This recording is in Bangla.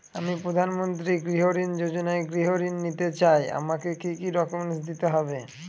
আমি প্রধানমন্ত্রী গৃহ ঋণ যোজনায় গৃহ ঋণ নিতে চাই আমাকে কি কি ডকুমেন্টস দিতে হবে?